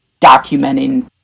documenting